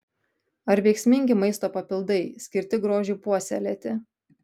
ar veiksmingi maisto papildai skirti grožiui puoselėti